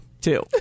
Two